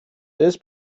this